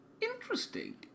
Interesting